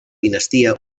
dinastia